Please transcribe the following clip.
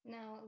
Now